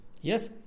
Yes